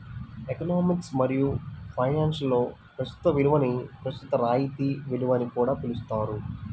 economics మరియు ఫైనాన్స్లో ప్రస్తుత విలువని ప్రస్తుత రాయితీ విలువ అని కూడా పిలుస్తారు